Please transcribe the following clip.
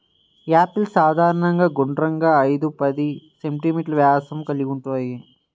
apples సాధారణంగా గుండ్రంగా, ఐదు పది సెం.మీ వ్యాసం కలిగి ఉంటాయి